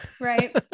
Right